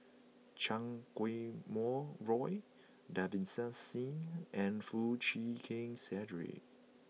Chan Kum Wah Roy Davinder Singh and Foo Chee Keng Cedric